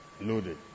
loaded